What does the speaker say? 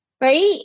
Right